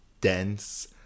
dense